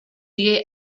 die